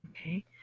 Okay